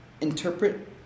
interpret